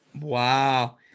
Wow